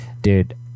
dude